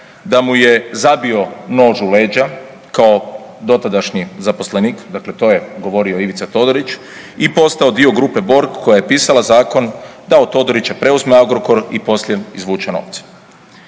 da mu je zabio nož u leđa kao dotadašnji zaposlenik, dakle to je govorio Ivica Todorić i postao dio grupe Borg koja je pisala zakon da od Todorića preuzme Agrokor i poslije izvuče novce.